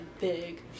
big